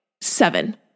seven